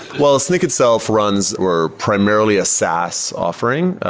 well, snyk itself runs we're primarily a saas offering.